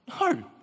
No